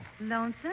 Lonesome